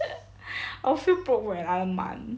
I'll feel broke for another month